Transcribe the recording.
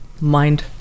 mind